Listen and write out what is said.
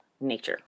nature